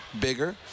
bigger